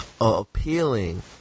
appealing